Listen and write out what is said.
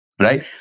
right